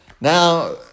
Now